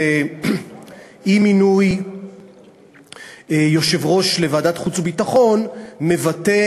של אי-מינוי יושב-ראש לוועדת החוץ והביטחון מבטא